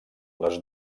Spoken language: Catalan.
les